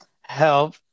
Help